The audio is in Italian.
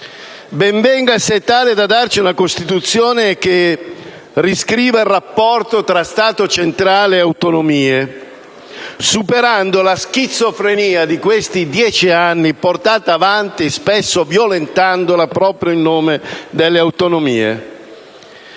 Ben venga, se è tale da darci una Costituzione che riscriva il rapporto tra Stato centrale e autonomie, superando la schizofrenia di questi dieci anni portata avanti spesso violentandola proprio in nome delle autonomie.